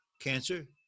cancer